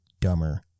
dumber